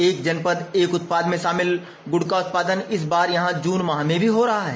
एक जनपद एक उत्पाद में शामिल गुड़ का उत्पादन इस बार यहां जून माह में भी हो रहा है